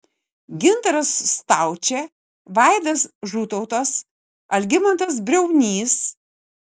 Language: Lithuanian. gintaras staučė vaidas žutautas algimantas briaunys